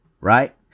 right